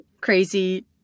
crazy